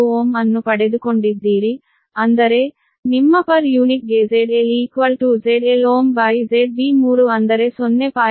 64Ω ಅನ್ನು ಪಡೆದುಕೊಂಡಿದ್ದೀರಿ ಅಂದರೆ ನಿಮ್ಮ ಪರ್ ಯೂನಿಟ್ ಗೆ ZL ಅಂದರೆ 0